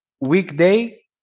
weekday